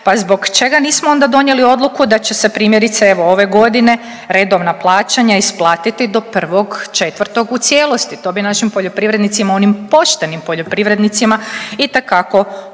pa zbog čega nismo onda donijeli odluku da će se primjerice evo ove godine redovna plaćanja isplatiti do 1.4. u cijelosti. To bi našim poljoprivrednicima, onim poštenim poljoprivrednicima itekako pomoglo.